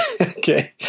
okay